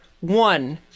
One